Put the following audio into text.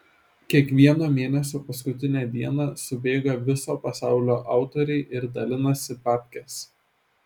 kiekvieno mėnesio paskutinę dieną subėga viso pasaulio autoriai ir dalinasi babkes